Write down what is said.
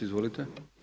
Izvolite.